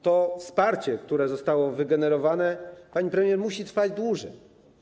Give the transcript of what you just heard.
To wsparcie, które zostało wygenerowane, pani premier, musi trwać dłużej.